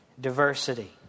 diversity